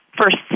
first